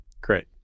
Great